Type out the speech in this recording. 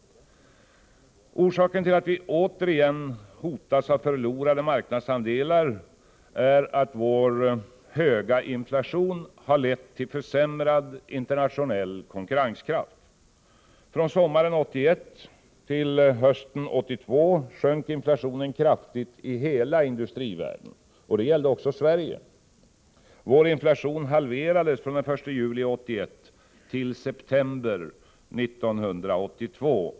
Orsaken till att vi återigen hotas av förlorade marknadsandelar är att vår höga inflation har lett till försämrad internationell konkurrenskraft. Från sommaren 1981 till hösten 1982 sjönk inflationen kraftigt i hela industrivärlden. Det gällde också Sverige. Vår inflation halverades från juli 1981 till september 1982.